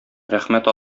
рәхмәт